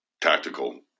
tactical